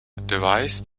devise